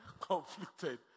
conflicted